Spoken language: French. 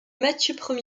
mathieu